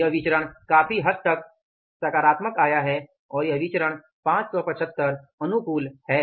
यह विचरण काफी हद तक सकारात्मक आया है और यह विचरण 575 अनुकूल है